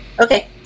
Okay